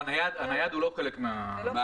הנייד הוא לא חלק מהמתווה.